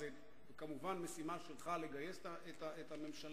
זו כמובן המשימה שלך לגייס את הממשלה.